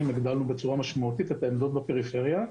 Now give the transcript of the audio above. הגדלנו משמעותית את העמדות בפריפריה.